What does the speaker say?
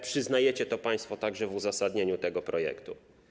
Przyznajecie to państwo także w uzasadnieniu tego projektu.